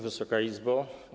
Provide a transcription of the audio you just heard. Wysoka Izbo!